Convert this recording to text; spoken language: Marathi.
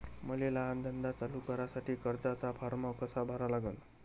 मले लहान धंदा चालू करासाठी कर्जाचा फारम कसा भरा लागन?